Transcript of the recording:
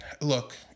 Look